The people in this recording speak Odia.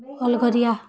ବୁଲ୍ଗେରିଆ